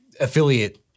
affiliate